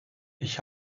ich